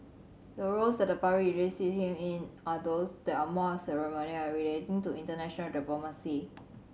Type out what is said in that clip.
the roles that the public usually sees him in are those that are more ceremonial and relating to international diplomacy